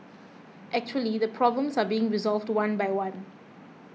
actually the problems are being resolved one by one